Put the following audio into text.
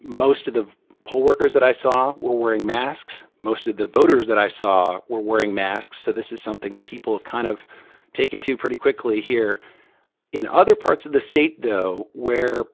most of the poll workers that i saw were wearing masks. most of the voters that i saw were wearing masks. so this is something that people have kind of taken to pretty quickly here in other parts of the state, though, where